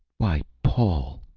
why, paul!